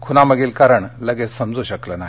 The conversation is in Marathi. खूनामागील कारण लगेच समजू शकलं नाही